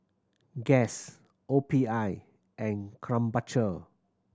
Guess O P I and Krombacher